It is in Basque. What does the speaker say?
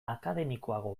akademikoago